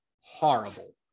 horrible